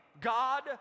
God